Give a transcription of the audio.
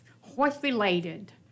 horse-related